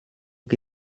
que